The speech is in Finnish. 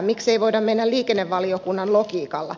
miksei voida mennä liikennevaliokunnan logiikalla